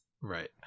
Right